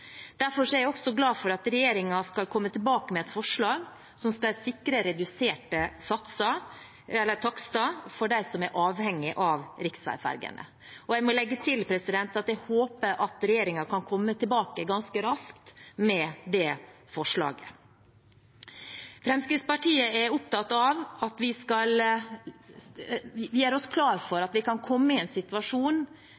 Derfor er jeg også glad for at regjeringen vil komme tilbake med et forslag som skal sikre reduserte takster for dem som er avhengige av riksveifergene. Jeg må legge til at jeg håper at regjeringen kan komme tilbake ganske raskt med det forslaget. Fremskrittspartiet er opptatt av at vi skal gjøre oss klare til å komme i en situasjon der vi må bestemme oss for